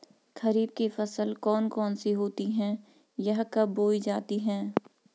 खरीफ की फसल कौन कौन सी होती हैं यह कब बोई जाती हैं?